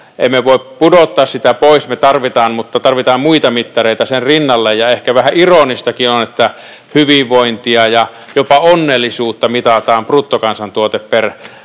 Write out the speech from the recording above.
emme voi pudottaa sitä pois, me tarvitsemme sitä, mutta tarvitaan muita mittareita sen rinnalle. Ehkä vähän ironistakin on, että hyvinvointia ja jopa onnellisuutta mitataan bruttokansantuote per